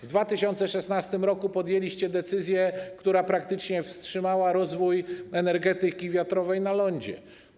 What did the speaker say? W 2016 r. podjęliście decyzję, która praktycznie wstrzymała rozwój energetyki wiatrowej na lądzie.